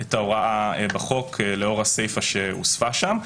את ההוראה בחוק, לאור הסיפא שהוספה שם.